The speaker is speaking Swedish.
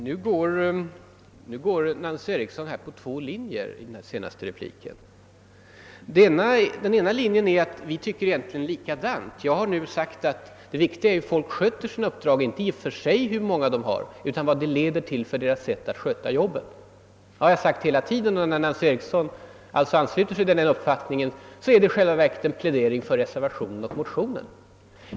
Herr talman! Fru Eriksson går på två oförenliga linjer i sin senaste replik. Den ena linjen innebär att vi egentligen tycker detsamma. Jag har sagt att det viktiga är hur folk sköter sina uppdrag och inte antalet i och för sig. Frågan är vad många sysslor och uppgifter leder till när det gäller att sköta arbetet. Det har jag framhållit hela tiden. När Nancy Eriksson anslu ter sig till den uppfattningen betyder det i själva verket en plädering för reservationen och motionen.